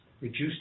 reduced